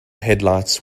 headlights